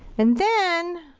and then